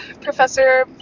Professor